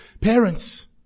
parents